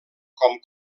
com